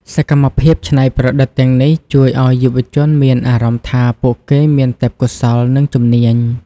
សកម្មភាពច្នៃប្រឌិតទាំងនេះជួយឱ្យយុវជនមានអារម្មណ៍ថាពួកគេមានទេពកោសល្យ និងជំនាញ។